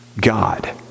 God